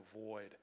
avoid